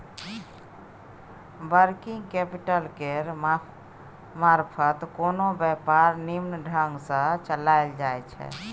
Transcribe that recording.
working capital केर मारफत कोनो व्यापार निम्मन ढंग सँ चलाएल जाइ छै